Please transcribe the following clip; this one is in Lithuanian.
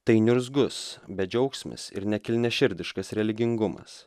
tai niurzgus bedžiaugsmis ir ne kilniaširdiškas religingumas